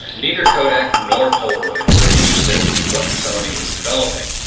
neither kodak, nor polaroid were interested in what sony was developing.